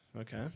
Okay